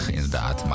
Inderdaad